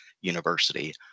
university